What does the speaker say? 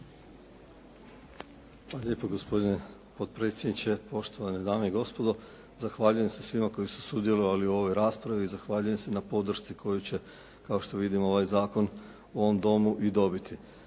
Hvala lijepo gospodine potpredsjedniče, poštovane dame i gospodo. Zahvaljujem se svima koji su sudjelovali u ovoj raspravi. Zahvaljujem se na podršci koju će kao što vidimo ovaj zakon u ovom Domu i dobiti.